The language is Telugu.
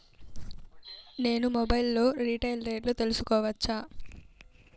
నేను మొబైల్ లో రీటైల్ రేట్లు తెలుసుకోవచ్చా?